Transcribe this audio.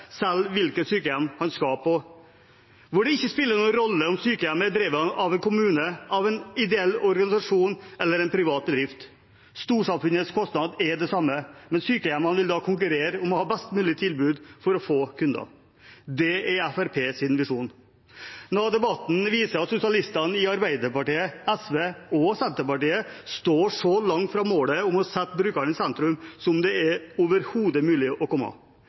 hvilket sykehjem han skal på, hvor det ikke spiller noen rolle om sykehjemmet er drevet av en kommune, av en ideell organisasjon eller av en privat bedrift. Storsamfunnets kostnad er den samme, men sykehjemmene vil da konkurrere om å ha et best mulig tilbud for å få kunder. Det er Fremskrittspartiets visjon. Noe av debatten viser at sosialistene i Arbeiderpartiet, SV og Senterpartiet står så langt fra målet om å sette brukerne i sentrum som overhodet mulig.